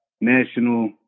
national